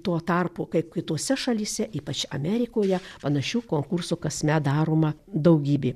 tuo tarpu kai kitose šalyse ypač amerikoje panašių konkursų kasmet daroma daugybė